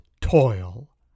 toil